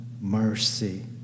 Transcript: mercy